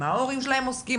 במה ההורים שלהם עוסקים,